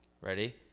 Ready